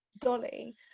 dolly